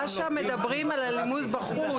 רש"א מדברים על הלימוד בחוץ.